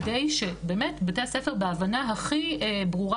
על מנת שבתי הספר באמת בהבנה הכי ברורה